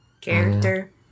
character